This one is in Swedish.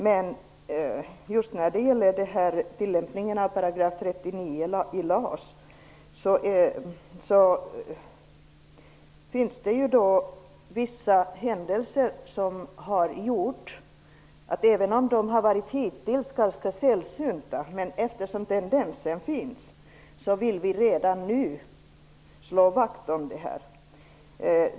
Men just när det gäller tillämpningen av 39 § LAS har vissa händelser -- även om de hittills har varit ganska sällsynta -- gjort att vi slår vakt om detta.